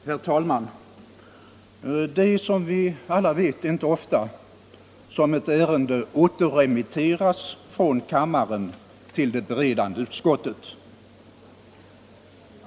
Herr talman! Det är som vi alla vet inte ofta som ett ärende återremitteras från kammaren till det beredande utskottet.